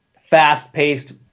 fast-paced